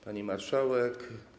Pani Marszałek!